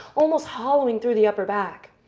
almost hollowing through the upper back.